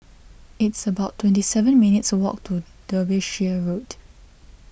it's about twenty seven minutes' walk to Derbyshire Road